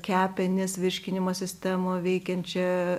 kepenis virškinimo sistemą veikiančią